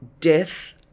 death